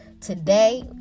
today